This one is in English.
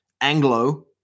Anglo